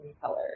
color